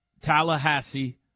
Tallahassee